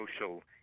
social